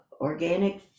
organic